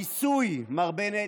הניסוי, מר בנט,